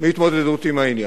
מהתמודדות עם העניין,